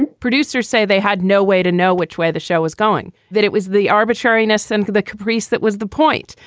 and producers say they had no way to know which way the show was going. that it was the arbitrariness and the caprice. that was the point.